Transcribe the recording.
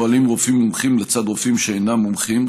פועלים רופאים מומחים לצד רופאים שאינם מומחים.